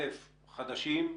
ראשית, חדשים,